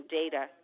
data